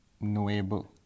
knowable